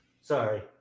Sorry